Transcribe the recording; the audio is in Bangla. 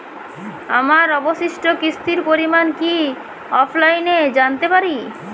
আমার অবশিষ্ট কিস্তির পরিমাণ কি অফলাইনে জানতে পারি?